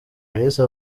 kalisa